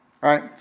right